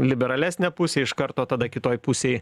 liberalesnė pusė iš karto tada kitoj pusėj